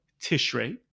Tishrei